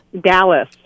Dallas